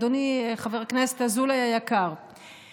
אדוני חבר הכנסת אזולאי היקר,